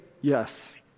yes